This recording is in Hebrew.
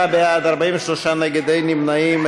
34 בעד, 43 נגד, אין נמנעים.